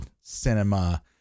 cinema